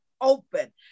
open